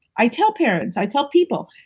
i tell parents, i tell people,